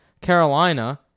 Carolina